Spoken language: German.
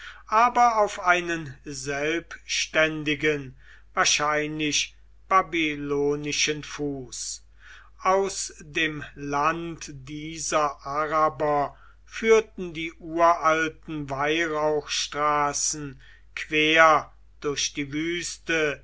aber auf einen selbständigen wahrscheinlich babylonischen fuß aus dem land dieser araber führten die uralten weihrauchstraßen quer durch die wüste